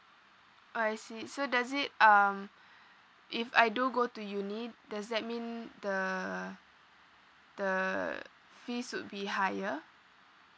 I see so does it um if I do go to uni does that mean the the fees would be higher